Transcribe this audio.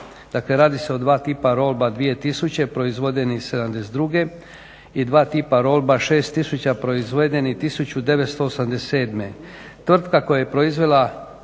Dakle radi se o dva tipa Rolba 2000 proizvedeni '72. i dva tipa Rolba 6000 proizvedeni 1987.